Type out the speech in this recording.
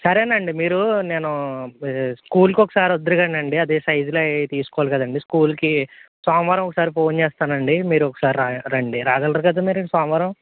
సరేనండి మీరు నేను ఈ స్కూల్కి ఒకసారి వద్దురు గానండి అదీ సైజులు అవి తీసుకోవాలి కదండీ స్కూల్కి సోమవారం ఒకసారి ఫోన్ చేస్తానండి మీరు ఒకసారి రా రండి రాగలరు కదా సోమవారం